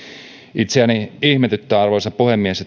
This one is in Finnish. itseäni ihmetyttää arvoisa puhemies